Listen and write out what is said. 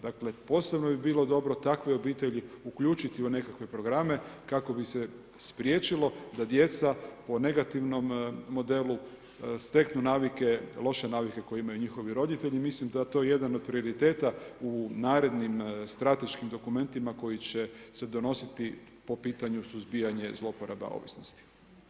Dakle posebno bi bilo dobre takve obitelji uključiti u nekakve programe kako bi se spriječilo da djeca po negativnom modelu steknu navike, loše navike koje imaju njihovi roditelji, mislim da je to jedan od prioriteta u narednim strateškim dokumentima koji će se donositi po pitaju suzbijana zloporaba ovisnosti.